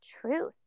truth